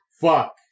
Fuck